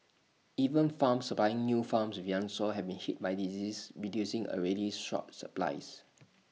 even farms supplying new farms with young sows have been hit by diseases reducing already short supplies